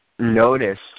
noticed